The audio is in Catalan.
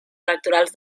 electorals